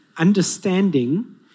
understanding